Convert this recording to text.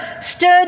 stood